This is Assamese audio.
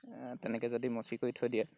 তেনেকৈ যদি মচি কৰি থৈ দিয়ে